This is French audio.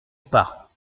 pas